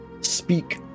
speak